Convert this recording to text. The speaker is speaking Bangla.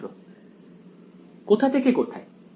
ছাত্র কোথা থেকে কোথায়